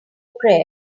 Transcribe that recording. prayer